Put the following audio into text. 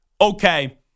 okay